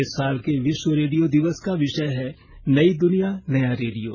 इस साल के विश्व रेडियो दिवस का विषय है नई दुनिया नया रेडियो